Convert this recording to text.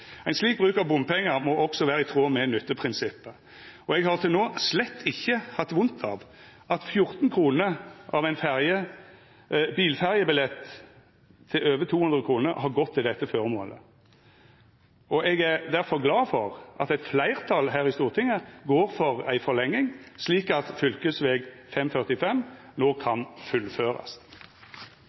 Ein slik bruk av bompengar må også vera i tråd med nytteprinsippet, og eg har til no slett ikkje hatt vondt av at 14 kr av ein bilferjebillett til over 200 kr har gått til dette føremålet. Eg er derfor glad for at eit fleirtal her i Stortinget går for ei forlenging, slik at fv. 545 no kan fullførast.